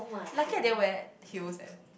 luckily I didn't wear heels eh